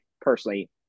personally